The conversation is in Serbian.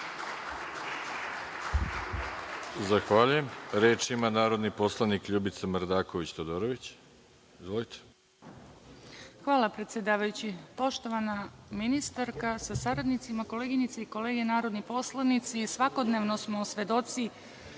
Zahvaljujem. Reč ima narodni poslanik LJubica Mrdaković Todorović. **Ljubica Mrdaković** Hvala predsedavajući. Poštovana ministarka sa saradnicima, koleginice i kolege narodni poslanici, svakodnevno smo svedoci